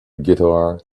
guitar